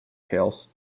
hills